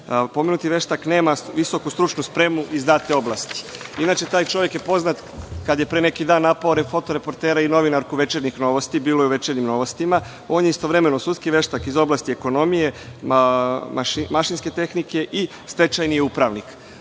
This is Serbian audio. Pomenuti veštak nema visoku stručnu spremu iz date oblasti. Inače, taj čovek je poznat kada je pre neki dan napao fotoreportera i novinarku „Večernjih novosti“. To je bilo u „Večernjim novostima“. On je istovremeno sudski veštak iz oblasti ekonomije, mašinske tehnike i stečajni je upravnik.